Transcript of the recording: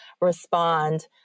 respond